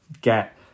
get